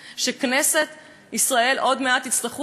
עוד מעט תצטרכו להצביע על החוק הזה,